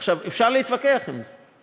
עכשיו, אפשר להתווכח עם זה.